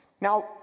Now